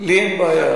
לי אין בעיה.